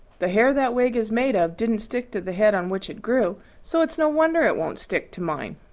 the hair that wig is made of didn't stick to the head on which it grew so it's no wonder it won't stick to mine.